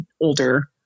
older